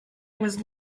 was